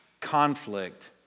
conflict